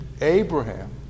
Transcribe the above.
Abraham